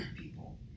people